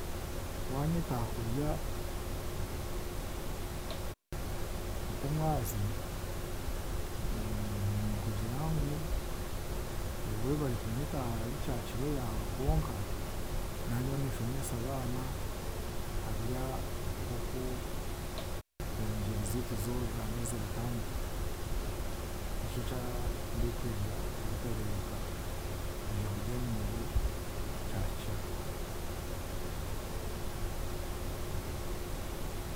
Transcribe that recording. Waanyeta aha kurya nk'omwazyo, ninkugira ngu webare kunyeta ahari kyakiro yaawe konka nandiyo ninshomesa abaana habya nk'oku engyeri ziitu z'oruganda ziratambura. Nikyo kyandeeterera obutareebeka kwija kurya naiwe kyakiro.